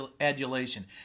adulation